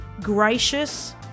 gracious